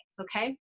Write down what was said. Okay